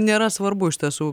nėra svarbu iš tiesų